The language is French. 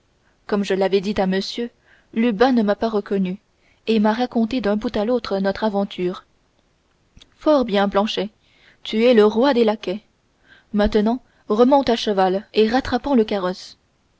comme je l'avais dit à monsieur lubin ne m'a pas reconnu et m'a raconté d'un bout à l'autre notre aventure fort bien planchet tu es le roi des laquais maintenant remonte à cheval et rattrapons le carrosse